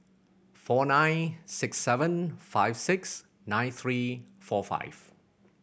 four nine six seven five six nine three four five